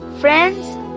Friends